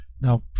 Now